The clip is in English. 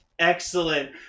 Excellent